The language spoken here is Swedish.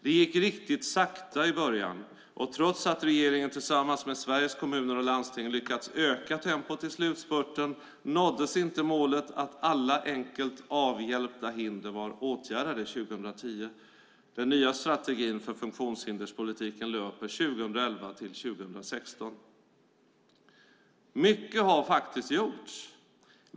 Det gick riktigt sakta i början, och trots att regeringen tillsammans med Sveriges Kommuner och Landsting har lyckats öka tempot i slutspurten nåddes inte målet att alla enkelt avhjälpta hinder var åtgärdade 2010. Den nya strategin för funktionshinderspolitiken löper 2011-2016. Mycket har faktiskt gjorts.